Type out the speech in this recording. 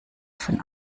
von